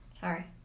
Sorry